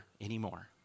anymore